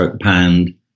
pound